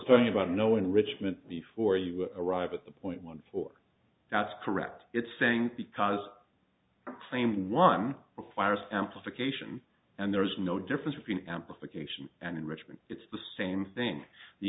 talking about no enrichment before you arrive at the point one for that's correct it's saying because claiming one requires amplification and there is no difference between amplification and enrichment it's the same thing the